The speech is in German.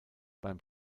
beim